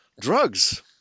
drugs